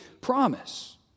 promise